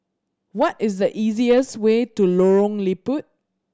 what is the easiest way to Lorong Liput